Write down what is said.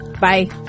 Bye